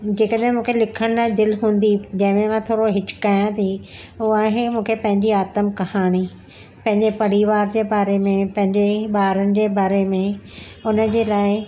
जेकॾहिं मूंखे लिखण लाइ दिलि हूंदी जंहिं में मां थोरो हिचिकायां थी हूअ आहे मूंखे पंहिंजी आत्म कहाणी पंहिंजे परिवार जे बारे में पंहिंजे ई ॿारनि जे बारे में हुनजे लाइ